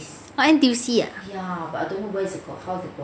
N_T_U_C ah